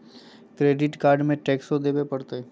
Credit card में टेक्सो देवे परते?